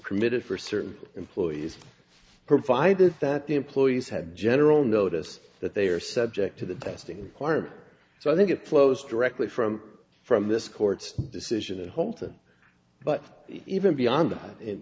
permitted for certain employees provided that the employees had general notice that they are subject to the testing inquiry so i think it flows directly from from this court's decision in houlton but even beyond that in